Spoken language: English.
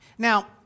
Now